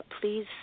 please